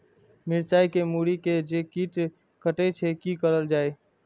मिरचाय के मुरी के जे कीट कटे छे की करल जाय?